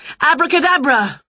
Abracadabra